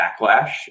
backlash